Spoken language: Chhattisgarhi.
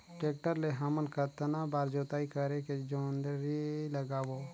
टेक्टर ले हमन कतना बार जोताई करेके जोंदरी लगाबो?